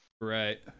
Right